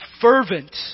fervent